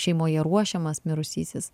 šeimoje ruošiamas mirusysis